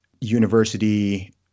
university